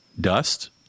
dust